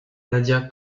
nadia